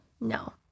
No